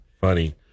Funny